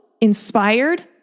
inspired